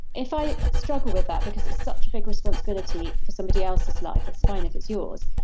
if i struggle with that because it's such a big responsibility for somebody else's life, it's fine if it's yours.